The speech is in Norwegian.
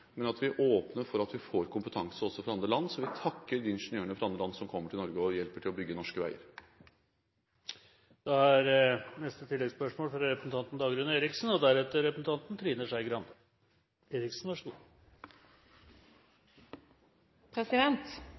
men at vi åpner for at vi får kompetanse også fra andre land. Så vi takker de ingeniørene fra andre land som kommer til Norge og hjelper til med å bygge norske veier. Dagrun Eriksen – til oppfølgingsspørsmål. Det er